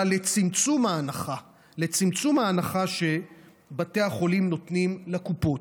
לצמצום ההנחה שבתי החולים נותנים לקופות,